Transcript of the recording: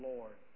Lord